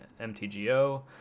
MTGO